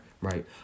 right